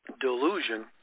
delusion